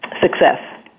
success